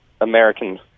American